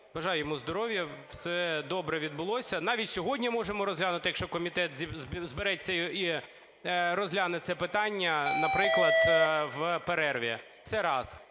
бажаю йому здоров'я, все добре відбулося. Навіть сьогодні можемо розглянути, якщо комітет збереться і розгляне це питання, наприклад, в перерві. Це раз.